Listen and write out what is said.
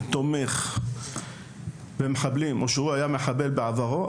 תומך או שהוא היה מחבל בעברו,